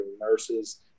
nurses